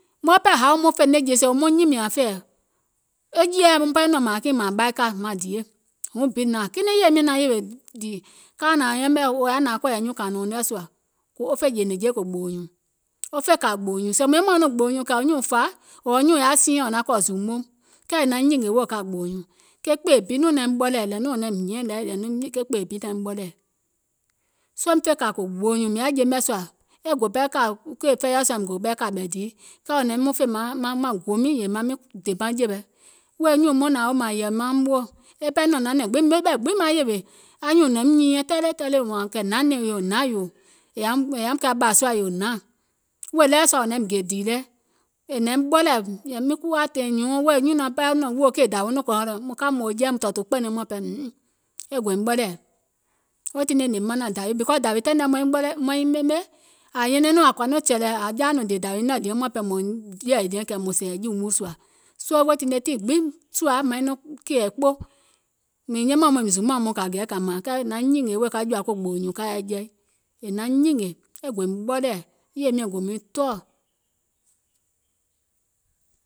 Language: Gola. nȧȧŋ kinɛiŋ yèye miɔ̀ŋ nȧŋ yèwè dìì kauŋ nȧaŋ yɛmɛ̀ wò yaȧ kɔ̀ɔ̀yɛ̀ nyuùŋ kȧìnùuŋ nɛ̀ sùȧ, wo fè jè nɛ̀ŋje kò gbòò nyùùŋ, wo fè kȧ gbòò nyùùŋ, sèèùm yɛmɛ̀uŋ nɔŋ gbòò nyùùŋ, kɛ̀ nyùùŋ fȧ, ɔ̀ɔ̀ nyùùŋ yaȧ siinyɛŋ naŋ kɔ̀ zuumouŋ, kɛɛ è naŋ nyìngè wèè wo kȧ gbòò nyùùŋ, ke kpèè bi nɔŋ naim ɓɔlɛ̀ɛ̀ nȧȧŋ nɔŋ wò naim hiɛ̀ŋ lɛ ke kpèè bi nɔŋ naim ɓɔlɛ̀ɛ̀, soo miŋ fè kȧ kò gbòò nyùùŋ mìŋ yaȧ je mɛ̀ sùȧ, kèè fɛiɔ̀ sùȧ gò pɛɛ kȧ kòɓɛ̀ dii, kɛɛ wò naim nɔŋ fè maŋ go miiŋ yèè maŋ miŋ dèmaŋjɛ̀wɛ, wèè nyùùŋ wo nȧaŋ woò wȧȧŋ yɛ̀ì maum woò, e ɓɛɛ nɔ̀ŋ nanɛ̀ŋ gbiŋ, ɓɛ̀ gbiŋ maŋ yèwè anyùùŋ nɔ̀im nyiinyɛ̀ŋ tɛle tɛlè wȧȧŋ kɛ̀ hnaȧŋ wèè ɗeweɛ̀ sua wò naim gè dìì lɛ, è naim ɓɔlɛ̀ɛ̀, miŋ kuwȧ tȧìŋ nyùùŋ wèè nyùnɔ̀ɔŋ ɓɛɛ nɔ̀ŋ wòò kèè nyùùŋ mȧŋ ka mȧaŋ jɛi mȧŋ tɔ̀ɔ̀tù kpɛ̀nɛŋ, hìm iim, e gòim ɓɔlɛ̀ɛ̀, soo weètine gbiŋ sùȧ maiŋ nɔŋ kɛ̀ɛ̀ kpo, mìŋ yɛmɛ̀ùm mɔŋ mìŋ zuumȧùm mɔŋ kȧ mȧȧŋ, kɛɛ è naŋ nyìngè wèè ka yɛi jɔ̀ȧ gbòò nyùùŋ ka yɛi jɛi, è naŋ nyìngè, e gòim ɓɔlɛ̀ɛ̀, yèye miɔ̀ŋ gò miŋ tɔɔ̀,